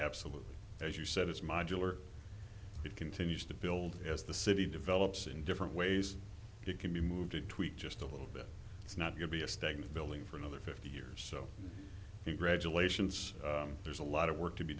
absolutely as you said it's modular it continues to build as the city develops in different ways it can be moved to tweak just a little bit it's not going to be a stagnant building for another fifty years so you graduations there's a lot of work to be